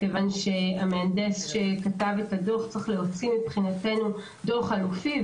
המהנדס שכתב את הדוח צריך להוציא דוח חלופי,